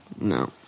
No